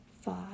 five